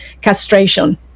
castration